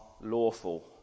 lawful